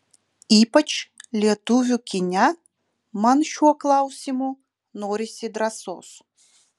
ypač lietuvių kine man šiuo klausimu norisi drąsos